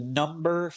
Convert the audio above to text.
number